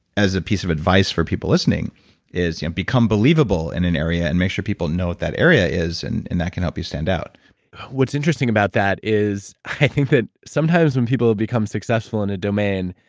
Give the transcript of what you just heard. as a piece of advice for people listening is become believable in an area and make sure people know what that area is, and that can help you stand out what's interesting about that is, i think that, sometimes, when people become successful in a domain,